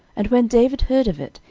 and when david heard of it,